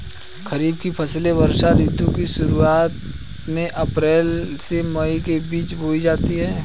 खरीफ की फसलें वर्षा ऋतु की शुरुआत में अप्रैल से मई के बीच बोई जाती हैं